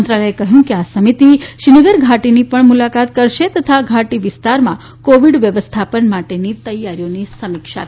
મંત્રાલયે કહ્યું કે આ સમિતિ શ્રીનગર ઘાટીની પણ મુલાકાત કરશે તથા ઘાટી વિસ્તારમાં ક્રોવિડ વ્યવસ્થાપન માટેની તૈયારીઓની સમીક્ષા કરશે